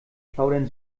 plaudern